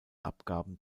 abgaben